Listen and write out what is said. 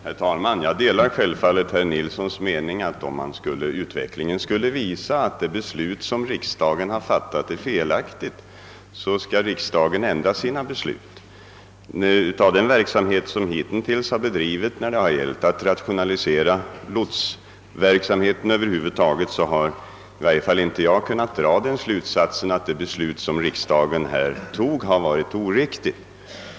Herr talman! Jag delar självfallet herr Nilssons i Bästekille uppfattning, att om utvecklingen skulle visa att det beslut riksdagen fattat är felaktigt, så skall riksdagen ändra beslutet. Av den verksamhet som hittills bedrivits på detta område har i varje fall inte jag kunnat dra den slutsatsen, att riksdagens beslut var oriktigt.